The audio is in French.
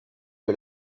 que